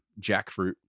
jackfruit